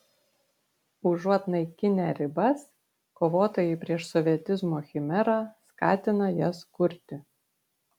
užuot naikinę ribas kovotojai prieš sovietizmo chimerą skatina jas kurti